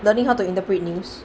learning how to interpret news